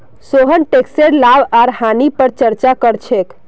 सोहन टैकसेर लाभ आर हानि पर चर्चा कर छेक